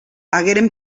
hagueren